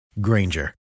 Granger